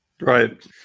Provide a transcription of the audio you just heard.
right